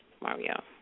Mario